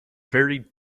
very